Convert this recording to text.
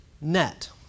net